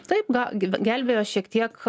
taip ga gelbėjo šiek tiek